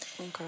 Okay